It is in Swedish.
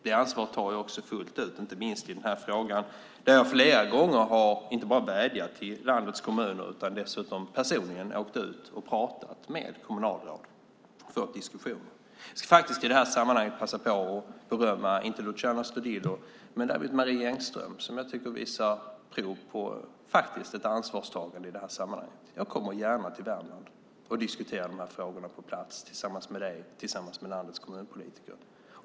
Det ansvaret tar jag också fullt ut, inte minst i den här frågan där jag flera gånger inte bara har vädjat till landets kommuner utan dessutom personligen åkt ut och pratat med kommunalråd och fört diskussioner. Jag ska i det här sammanhanget passa på att berömma, inte Luciano Astudillo men Marie Engström som jag tycker faktiskt visar prov på ett ansvarstagande. Jag kommer gärna till Värmland och diskuterar de här frågorna på plats tillsammans med dig och länets kommunpolitiker.